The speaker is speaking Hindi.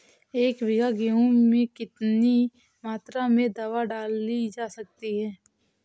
एक बीघा गेहूँ में कितनी मात्रा में दवा डाली जा सकती है?